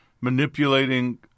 manipulating